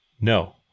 No